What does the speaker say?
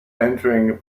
entering